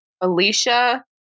Alicia